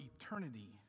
eternity